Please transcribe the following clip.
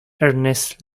ernest